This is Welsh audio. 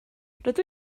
rydw